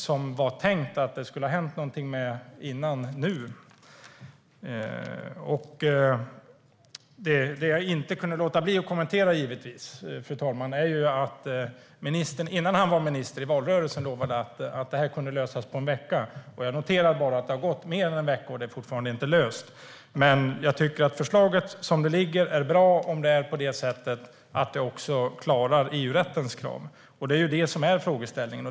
Det var tänkt att det skulle ha hänt något med förslaget redan nu. Jag kan inte låta bli att kommentera, fru talman, att ministern innan han blev minister i valrörelsen lovade att frågan kunde lösas på en vecka. Jag noterar att det har gått mer än en vecka, och frågan är fortfarande inte löst. Jag tycker att det föreliggande förslaget är bra om det också klarar EU-rättens krav. Det är frågan.